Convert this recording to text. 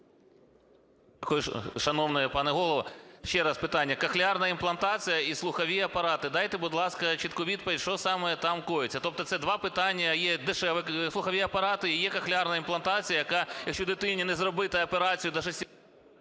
Шановний пане Голово, ще раз питання. Кохлеарна імплантація і слухові апарати. Дайте, будь ласка, чітку відповідь, що саме там коїться. Тобто це два питання: є дешеві слухові апарати і є кохлеарна імплантація, яка, якщо дитині не зробити операцію до… 11:01:24